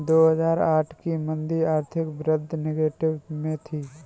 दो हजार आठ की मंदी में आर्थिक वृद्धि नेगेटिव में थी